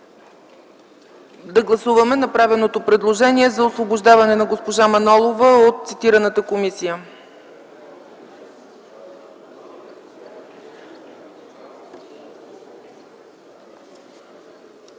да гласуваме направеното предложение за освобождаване на госпожа Мая Манолова от Комисията